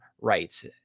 rights